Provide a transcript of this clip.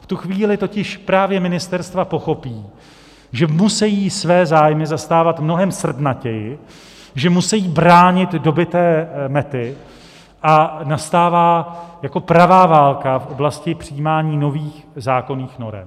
V tu chvíli totiž právě ministerstva pochopí, že musejí své zájmy zastávat mnohem srdnatěji, že musejí bránit dobyté mety, a nastává pravá válka v oblasti přijímání nových zákonných norem.